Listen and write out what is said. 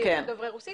צעירים דוברי רוסית,